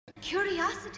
Curiosity